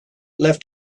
left